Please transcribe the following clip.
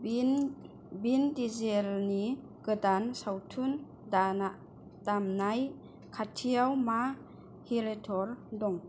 विन विन दिजेलनि गोदान सावथुन दामनाय खाथियाव मा हिरेतर दं